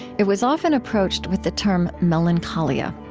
it was often approached with the term melancholia.